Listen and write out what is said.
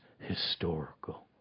historical